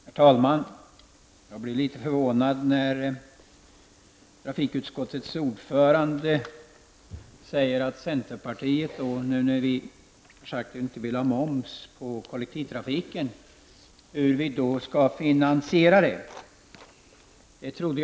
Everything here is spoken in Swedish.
Herr talman! Jag blir litet förvånad när trafikutskottets ordförande, med anledning av att centerpartiet inte vill ha moms på kollektivtrafiken, frågar hur vi då skall finansiera vårt skatteförslag.